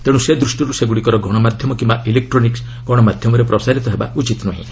ତେଣୁ ସେଦୃଷ୍ଟିରୁ ସେଗୁଡ଼ିକର ଗଣମାଧ୍ୟମ କିମ୍ବା ଇଲେକ୍ଟ୍ରୋନିକ୍ ଗଣମାଧ୍ୟମରେ ପ୍ରସାରିତ ହେବା ଉଚିତ ନୁହେଁ